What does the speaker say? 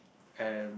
and